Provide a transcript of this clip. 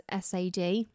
sad